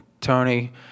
Tony